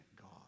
God